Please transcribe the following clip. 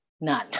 none